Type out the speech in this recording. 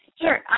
Sure